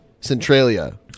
Centralia